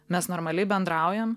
mes normaliai bendraujam